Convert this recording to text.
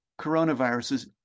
coronaviruses